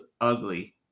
ugly